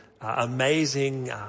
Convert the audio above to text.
amazing